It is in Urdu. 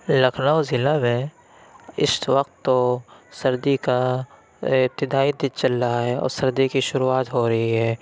لکھنؤ ضلع میں اِس وقت تو سردی کا ابتدائی دِن چل رہا ہے اور سردی کی شروعات ہو رہی ہے